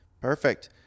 Perfect